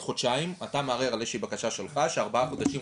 עוד חודשיים אתה מערער על איזושהי בקשה שלך שארבעה חודשים,